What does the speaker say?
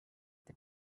the